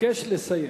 אבקש לסיים.